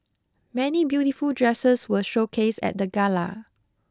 many beautiful dresses were showcased at the gala